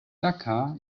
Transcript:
dakar